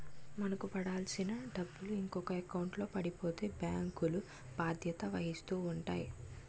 మనకు పడాల్సిన డబ్బులు ఇంకొక ఎకౌంట్లో పడిపోతే బ్యాంకులు బాధ్యత వహిస్తూ ఉంటాయి